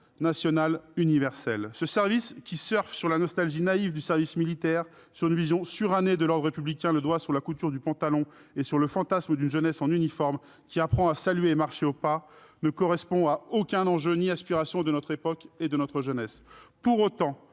national universel (SNU) ! Ce service, qui surfe sur la nostalgie naïve du service militaire, reposant sur une vision surannée de l'ordre républicain, le petit doigt sur la couture du pantalon, et sur le fantasme d'une jeunesse en uniforme, qui apprend à saluer et marcher au pas, ne correspond à aucun enjeu ni aucune aspiration de notre époque ou de notre jeunesse. Pour autant,